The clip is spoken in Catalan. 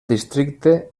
districte